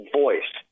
voice